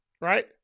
Right